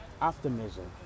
Optimism